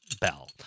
bell